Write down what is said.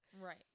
Right